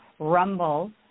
Rumble